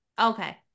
okay